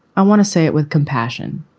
i want to say it with compassion,